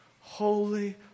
Holy